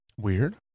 Weird